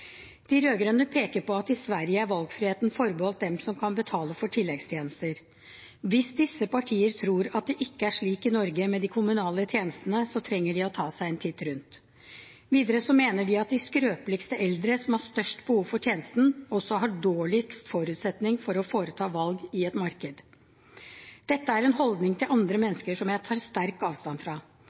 De rød-grønne peker på at valgfriheten i Sverige er forbeholdt dem som kan betale for tilleggstjenester. Hvis disse partiene tror at det ikke er slik i Norge med de kommunale tjenestene, trenger de å ta seg en titt rundt. Videre mener de at de skrøpeligste eldre som har størst behov for tjenesten, også har dårligst forutsetning for å foreta valg i et marked. Denne holdningen til andre mennesker tar jeg sterkt avstand fra.